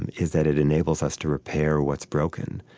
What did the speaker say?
and is that it enables us to repair what's broken.